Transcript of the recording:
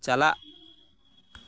ᱪᱟᱞᱟᱜ